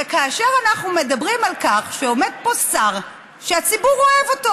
וכאשר אנחנו מדברים על כך שעומד פה שר שהציבור אוהב אותו,